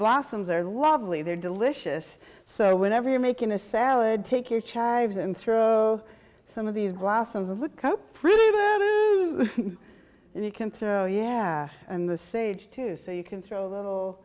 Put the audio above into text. blossoms are lovely they're delicious so whenever you're making a salad take your child's and throw some of these blossoms and look pretty and you can throw yeah and the sage too so you can throw a little